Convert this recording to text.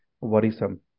worrisome